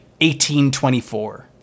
1824